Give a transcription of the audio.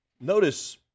Notice